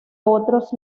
otros